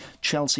Chelsea